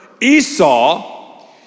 Esau